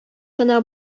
гына